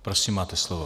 Prosím, máte slovo.